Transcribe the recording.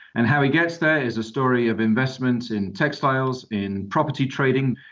and how he gets there is a story of investments in textiles, in property trading,